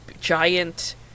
giant